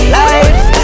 life